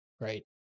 Right